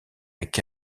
avec